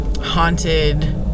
haunted